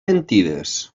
mentides